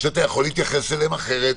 שאתה יכול להתייחס אליהם אחרת,